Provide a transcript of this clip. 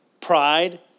Pride